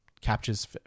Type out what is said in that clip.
captures